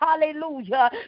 Hallelujah